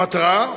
המטרה,